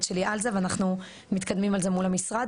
שלי על זה ואנחנו מתקדמים על זה מול המשרד,